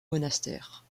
monastère